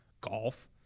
golf